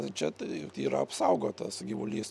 tai čia tai yra apsaugotas gyvulys